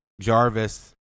Jarvis